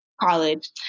college